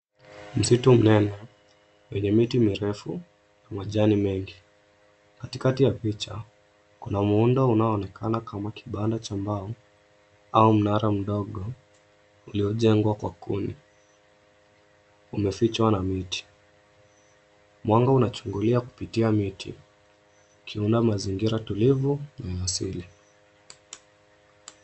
Msitu mnene wenye miti mirefu, na majani mengi. Katikati ya picha kuna muundo unaonekana kama kibanda cha mbao au mnara mdogo uliojengwa kwa kuni umefichwa na miti. Mwanga unachungulia kupitia miti ukiunda mazingira tulivu na ya asili.